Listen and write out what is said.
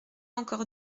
encore